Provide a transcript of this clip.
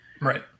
Right